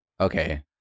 Okay